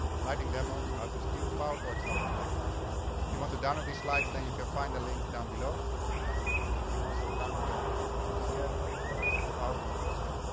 lightning demos, how to steal powerful examples like an artist. if you want to download these slides then you can find the link down below and you can also download them as a pdf or as a powerpoint format.